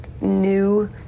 new